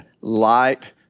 light